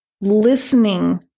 listening